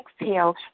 exhale